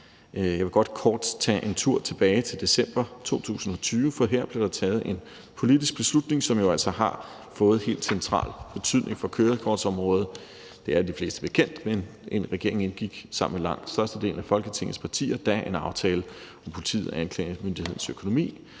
Jeg vil godt kort tage en tur tilbage til december 2020, for her blev der taget en politisk beslutning, som altså har fået en helt central betydning for kørekortsområdet. Det er de fleste bekendt, at regeringen sammen med langt størstedelen af Folketingets partier da indgik en aftale om politiet og anklagemyndighedens økonomi